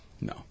No